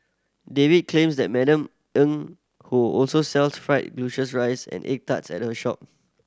David claims that Madam Eng who also sells fried glutinous rice and egg tart at her shop